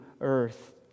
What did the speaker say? earth